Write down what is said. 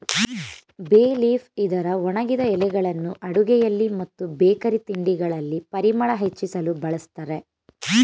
ಬೇ ಲೀಫ್ ಇದರ ಒಣಗಿದ ಎಲೆಗಳನ್ನು ಅಡುಗೆಯಲ್ಲಿ ಮತ್ತು ಬೇಕರಿ ತಿಂಡಿಗಳಲ್ಲಿ ಪರಿಮಳ ಹೆಚ್ಚಿಸಲು ಬಳ್ಸತ್ತರೆ